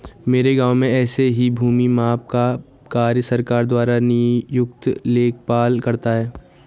मेरे गांव में ऐसे ही भूमि माप का कार्य सरकार द्वारा नियुक्त लेखपाल करता है